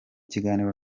kiganiro